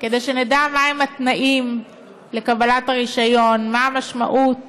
כדי שנדע מה התנאים לקבלת רישיון, מה המשמעות